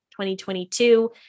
2022